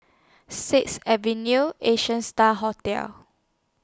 Sixth Avenue Asian STAR Hotel